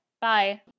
Bye